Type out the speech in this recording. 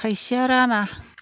खायसेया राना